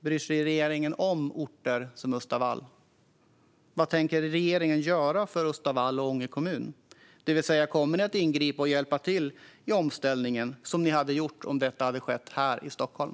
Bryr sig regeringen om orter som Östavall? Vad tänker regeringen göra för Östavall och Ånge kommun? Kommer ni att ingripa och hjälpa till i omställningen, som ni hade gjort om detta hade skett här i Stockholm?